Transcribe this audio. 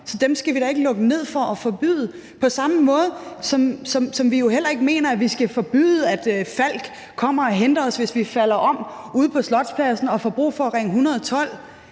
så dem skal vi da ikke lukke ned for og forbyde. På samme måde mener vi jo heller ikke, at vi skal forbyde, at Falck kommer og henter os, hvis vi falder om ude på Slotspladsen og får brug for at ringe 112,